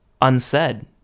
unsaid